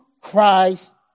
Christ